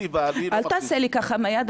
אל תעשה לי ככה עם היד,